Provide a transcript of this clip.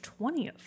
20th